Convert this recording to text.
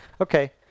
okay